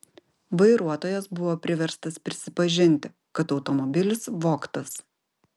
vairuotojas buvo priverstas prisipažinti kad automobilis vogtas